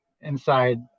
inside